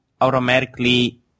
automatically